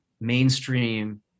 mainstream